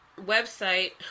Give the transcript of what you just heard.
website